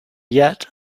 yet